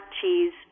cheese